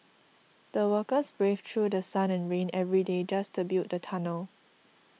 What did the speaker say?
the workers braved through The Sun and rain every day just to build the tunnel